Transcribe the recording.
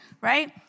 right